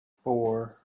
four